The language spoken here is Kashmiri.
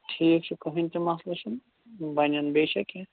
ٹھیٖک چھُ کٕہٕنۍ تہِ مسلہٕ چھُنہٕ بَنن بیٚیہِ چھا کیٚنٛہہ